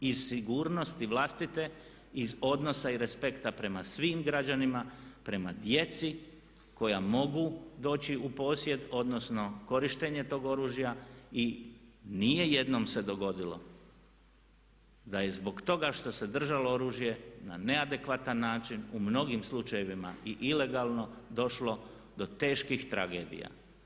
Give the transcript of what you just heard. Iz sigurnosti vlastite, iz odnosa i respekta prema svim građanima, prema djeci koja mogu doći u posjed, odnosno korištenje tog oružja i nije jednom se dogodilo da je zbog toga što se je držalo oružje na neadekvatan način u mnogim slučajevima i ilegalno došlo do teških tragedija.